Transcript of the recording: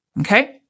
Okay